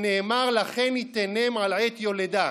שנאמר: לכן יתנם עד עת יולדה".